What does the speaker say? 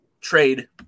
trade